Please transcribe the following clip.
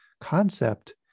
concept